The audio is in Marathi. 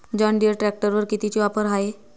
जॉनडीयर ट्रॅक्टरवर कितीची ऑफर हाये?